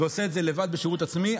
ועושה את זה לבד בשירות עצמי.